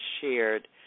shared